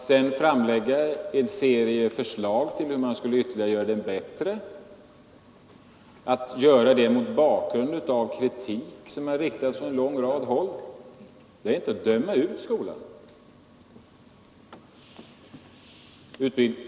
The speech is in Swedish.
Jag framlade sedan en serie förslag till hur man ytterligare skulle kunna förbättra den, och jag gjorde det mot bakgrund av den kritik som framställts från en lång rad håll. Hur kan man kalla detta för att döma ut skolan?